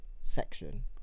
Section